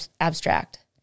abstract